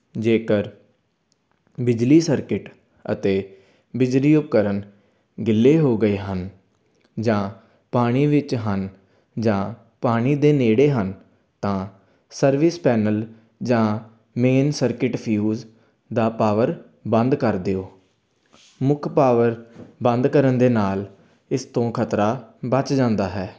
ਜੇਕਰ ਬਿਜਲੀ ਸਰਕਿਟ ਅਤੇ ਬਿਜਲੀ ਉਪਕਰਨ ਗਿੱਲੇ ਹੋ ਗਏ ਹਨ ਜਾਂ ਪਾਣੀ ਵਿੱਚ ਹਨ ਜਾਂ ਪਾਣੀ ਦੇ ਨੇੜੇ ਹਨ ਤਾਂ ਸਰਵਿਸ ਪੈਨਲ ਜਾਂ ਮੇਨ ਸਰਕਿਟ ਫਿਊਜ਼ ਦਾ ਪਾਵਰ ਬੰਦ ਕਰ ਦਿਓ ਮੁੱਖ ਪਾਵਰ ਬੰਦ ਕਰਨ ਦੇ ਨਾਲ ਇਸ ਤੋਂ ਖਤਰਾ ਬਚ ਜਾਂਦਾ ਹੈ